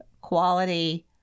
quality